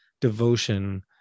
devotion